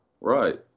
Right